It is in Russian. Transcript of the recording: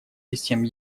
систем